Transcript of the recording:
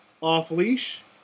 off-leash